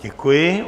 Děkuji.